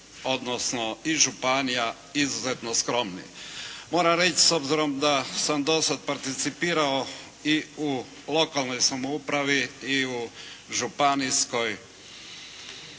odnosno i županija, izuzetno skromni. Moram reći, s obzirom da sam dosad participirao i u lokalnoj samoupravi i u županijskoj